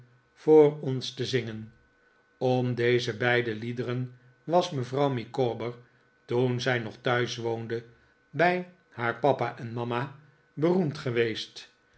vogr ons te zingen om deze beide liederen was mevrouw micawber toen zij nog thuis woonde bij haar papa en mama beroemd geweest